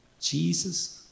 Jesus